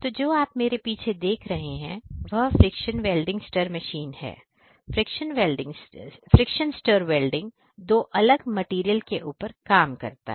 तो जो आप मेरे पीछे देख रहे हैं वह फ्रिक्शन स्टर वेल्डिंग मशीन है फ्रिक्शन स्टर वेल्डिंग दो अलग मेटीरियल के ऊपर काम कर सकता है